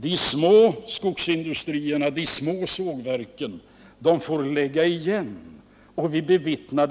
De små skogsindustrierna och de små sågverken får lägga igen. Det är något som vi bevittnar